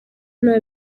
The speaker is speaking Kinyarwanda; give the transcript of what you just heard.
nta